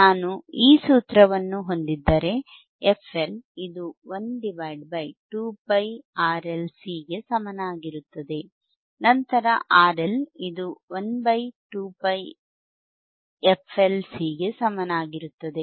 ನಾನು ಈ ಸೂತ್ರವನ್ನು ಹೊಂದಿದ್ದರೆ fL ಇದು 1 2π RL C ಗೆ ಸಮನಾಗಿರುತ್ತದೆ ನಂತರ RL ಇದು 12πfL C ಗೆ ಸಮನಾಗಿರುತ್ತದೆ